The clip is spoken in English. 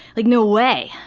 like no way.